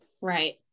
Right